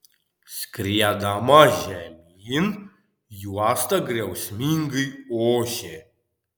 skriedama žemyn juosta griausmingai ošė